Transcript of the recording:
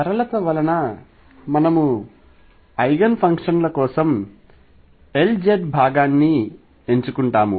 సరళత వలన మనము ఐగెన్ ఫంక్షన్ల కోసం Lz భాగాన్ని ఎంచుకుంటాము